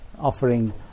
offering